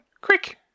Quick